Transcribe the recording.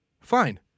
fine